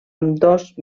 ambdós